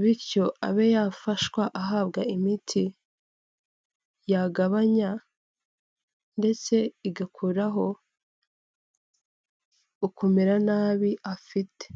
bityo abe yafashwa ahabwa imiti, yagabanya, ndetse igakuraho, ukumera nabi afite.